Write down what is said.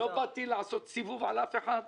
לא באתי לעשות סיבוב על אף אחד.